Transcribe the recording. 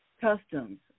customs